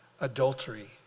adultery